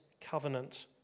covenant